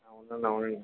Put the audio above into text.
అవునండి